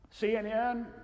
CNN